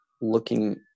looking